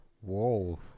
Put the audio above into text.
Whoa